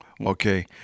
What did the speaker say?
Okay